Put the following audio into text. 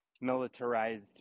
militarized